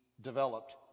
developed